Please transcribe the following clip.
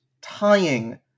tying